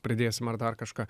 pridėsim ar dar kažką